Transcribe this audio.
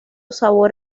sabor